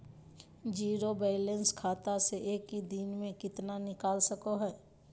Zero balance खाता से एक दिन में कितना निकाल सको है?